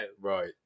Right